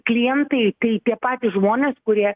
klientai tai tie patys žmonės kurie